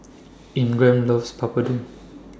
Ingram loves Papadum